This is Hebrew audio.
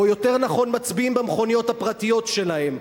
או יותר נכון מצביעים במכוניות הפרטיות שלהם.